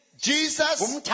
Jesus